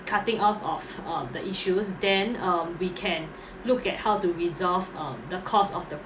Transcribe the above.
cutting off of uh the issues then um we can look at how to resolve um the cause of the